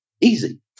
Easy